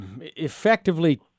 effectively